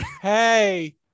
hey